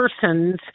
persons